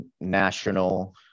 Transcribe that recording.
national